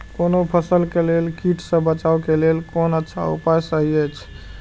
कोनो फसल के लेल कीट सँ बचाव के लेल कोन अच्छा उपाय सहि अछि?